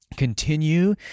Continue